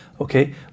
okay